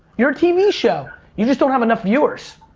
you're a tv show. you just don't have enough viewers.